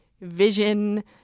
Vision